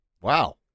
Wow